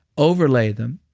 overlay them,